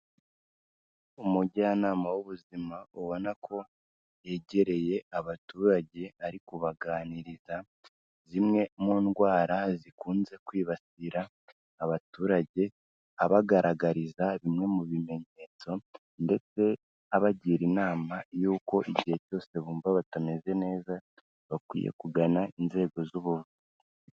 Umujyanama w'ubuzima ubona ko yegereye abaturage ari kubaganiriza zimwe mu ndwara zikunze kwibasira abaturage abagaragariza bimwe mu bimenyetso ndetse abagira inama yuko igihe cyose bumva batameze neza bakwiye kugana inzego z'ubuvuzi.